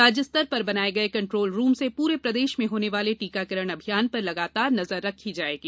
राज्य स्तर पर बनाये गये कंट्रोल रूम से पूरे प्रदेश में होने वाले टीकाकरण अभियान पर लगातार नजर रखी जायेगी